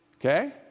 Okay